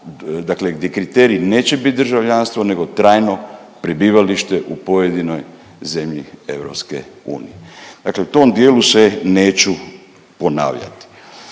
dakle, gdje kriterij neće bit državljanstvo nego trajno prebivalište u pojedinoj zemlji EU. Dakle tom dijelu se neću ponavljati.